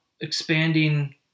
expanding